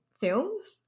films